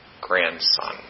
grandson